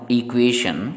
equation